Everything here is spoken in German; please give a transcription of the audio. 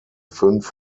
fünf